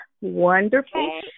Wonderful